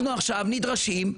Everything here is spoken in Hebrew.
אנחנו נדרשים,